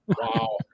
Wow